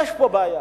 יש פה בעיה,